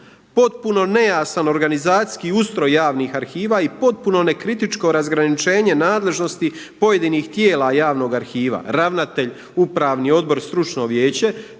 Potpuno nejasan organizacijski ustroj javnih arhiva i potpuno nekritičko razgraničenje nadležnosti pojedinih tijela javnog arhiva ravnatelj, upravni odbor, stručno vijeće,